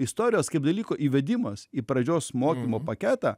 istorijos kaip dalyko įvedimas į pradžios mokymo paketą